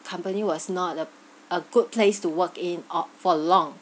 company was not a a good place to work in or for long